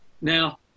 Now